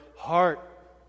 heart